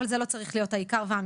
אבל זה לא צריך להיות העיקר והמרכז.